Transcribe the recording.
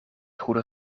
goede